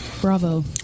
Bravo